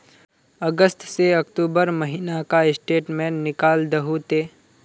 अगस्त से अक्टूबर महीना का स्टेटमेंट निकाल दहु ते?